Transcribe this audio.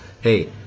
hey